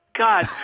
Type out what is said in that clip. God